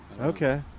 Okay